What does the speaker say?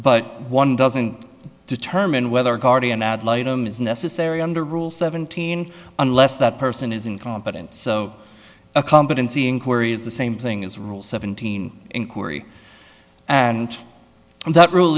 but one doesn't determine whether a guardian ad litum is necessary under rule seventeen unless that person is incompetent so a competency inquiry is the same thing as rule seventeen inquiry and that rule